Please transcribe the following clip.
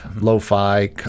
lo-fi